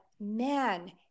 man